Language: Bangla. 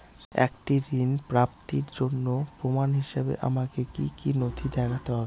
একটি ঋণ প্রাপ্তির জন্য প্রমাণ হিসাবে আমাকে কী কী নথি দেখাতে হবে?